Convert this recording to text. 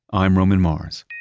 i'm roman mars.